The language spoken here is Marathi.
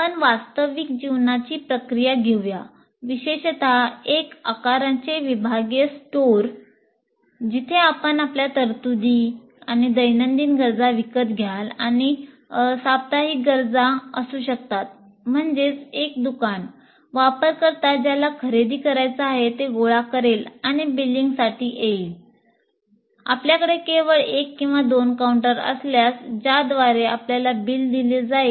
आपण वास्तविक जीवनाची प्रक्रिया घेऊया विशेषतः एक आकाराचे विभागीय दुकानांमध्ये